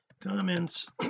comments